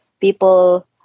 people